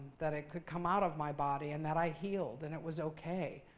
that it could come out of my body, and that i healed, and it was ok.